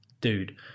dude